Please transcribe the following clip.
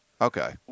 Okay